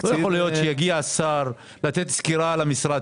לא יכול להיות שיגיע השר לתת סקירה על המשרד